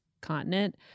continent